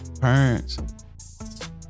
parents